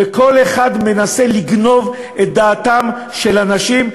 וכל אחד מנסה לגנוב את דעתם של אנשים,